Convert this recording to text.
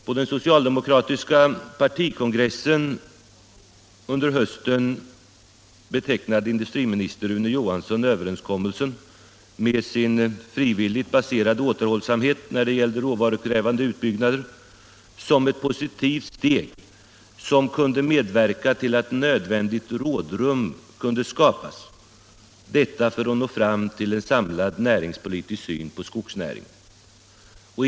På den socialdemokratiska partikongressen under hösten betecknade industriminister Rune Johansson överenskommelsen med dess på frivillighet baserade återhållsamhet när det gällde råvarukrävande utbyggnader som ett positivt steg som kunde medverka till att nödvändigt rådrum kunde skapas, detta för att nå fram till en samlad näringspolitisk syn på skogsnäringen.